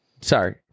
Sorry